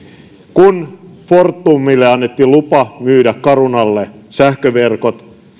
kun fortumille annettiin lupa myydä carunalle sähköverkot